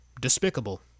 Despicable